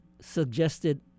suggested